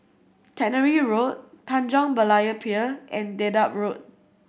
Tannery Road Tanjong Berlayer Pier and Dedap Road